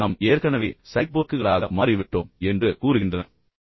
நாம் ஏற்கனவே சைபோர்க்குகளாக மாறிவிட்டோம் என்று கூறும் கோட்பாடுகள்